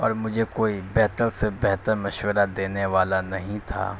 پر مجھے کوئی بہتر سے بہتر مشورہ دینے والا نہیں تھا